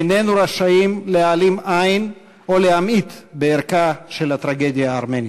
איננו רשאים להעלים עין או להמעיט בערכה של הטרגדיה הארמנית.